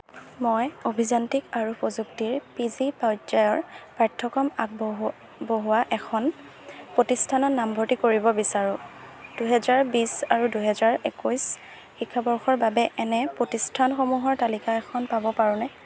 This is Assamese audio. মই অভিযান্ত্ৰিক আৰু প্ৰযুক্তি ৰ পি জি পৰ্যায়ৰ পাঠ্যক্ৰম আগবঢ়োৱা এখন প্ৰতিষ্ঠানত নামভৰ্তি কৰিব বিচাৰোঁ দুহেজাৰ বিছ আৰু দুহেজাৰ একৈছ শিক্ষাবৰ্ষৰ বাবে এনে প্ৰতিষ্ঠানসমূহৰ তালিকা এখন পাব পাৰোঁনে